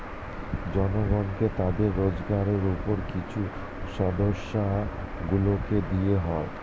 জনগণকে তাদের রোজগারের উপর কিছু শতাংশ শুল্ক দিতে হয়